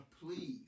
Please